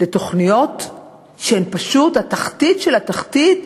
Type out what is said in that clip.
לתוכניות שהן פשוט התחתית של התחתית.